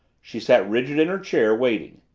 she sat rigid in her chair, waiting.